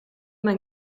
mijn